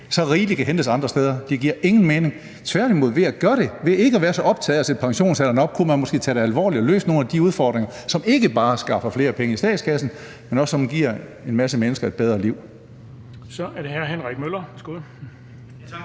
så rigeligt kan hentes andre steder? Det giver ingen mening. Tværtimod, ved ikke at være så optaget af at sætte pensionsalderen op kunne man måske tage det alvorligt og løse nogle af de udfordringer, som ikke bare skaffer flere penge i statskassen, men som også giver en masse mennesker et bedre liv. Kl. 16:51 Den fg.